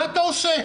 מה אתה עושה?